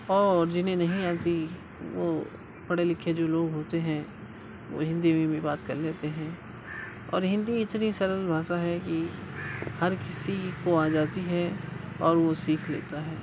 اور جنہیں نہیں آتی وہ پڑھے لکھے جو لوگ ہوتے ہیں وہ ہندی میں بھی بات کر لیتے ہیں اورہندی اتنی سرل بھاشا ہے کہ ہر کسی کو آ جاتی ہے اور وہ سیکھ لیتا ہے